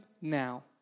now